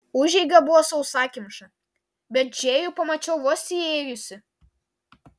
užeiga buvo sausakimša bet džėjų pamačiau vos įėjusi